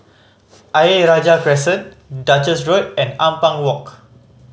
Ayer Rajah Crescent Duchess Road and Ampang Walk